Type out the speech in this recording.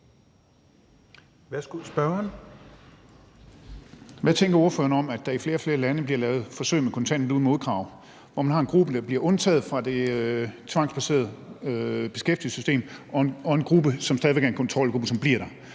Hvad tænker ordføreren om, at der i flere og flere lande bliver lavet forsøg med kontanthjælp uden modkrav, hvor man har en gruppe, der bliver undtaget fra det tvangsbaserede beskæftigelsessystem, og en gruppe, som stadig væk er en kontrolgruppe, som bliver der,